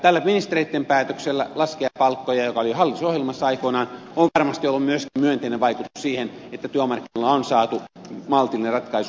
tällä ministereitten päätöksellä laskea palkkoja joka oli hallitusohjelmassa aikoinaan on varmasti ollut myöskin myönteinen vaikutus siihen että työmarkkinoilla on saatu maltillinen ratkaisu aikaan